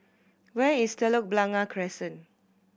where is Telok Blangah Crescent